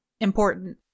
important